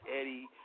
Eddie